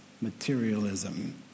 materialism